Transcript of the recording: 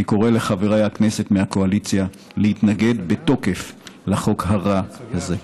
אני קורא לחברי הכנסת מהקואליציה להתנגד בתוקף לחוק הרע הזה.